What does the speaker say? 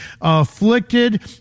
afflicted